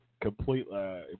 completely